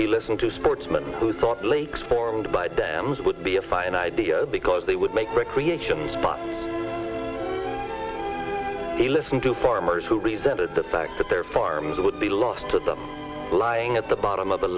he listened to sportsman who thought lakes formed by dams would be a fine idea because they would make recreations but he listened to farmers who resented the fact that their farms would be lost to them lying at the bottom of the